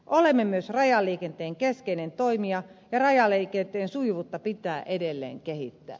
olemme myös rajaliikenteen keskeinen toimija ja rajaliikenteen sujuvuutta pitää edelleen kehittää